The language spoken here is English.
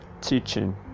teaching